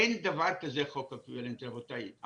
אין דבר כזה חוק אקוויוולנטי רבותיי,